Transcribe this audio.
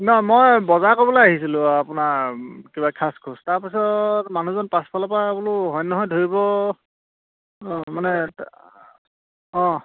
নহয় মই বজাৰ কৰিবলৈ আহিছিলোঁ আপোনাৰ কিবা খাঁজ খোজ তাৰপিছত মানুহজন পাছফালৰ পৰা বোলো হয় নে নহয় ধৰিব অঁ মানে অঁ